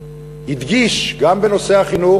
הדגיש גם בנושא החינוך,